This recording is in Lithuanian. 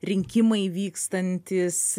rinkimai vykstantys